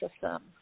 system